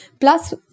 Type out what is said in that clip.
Plus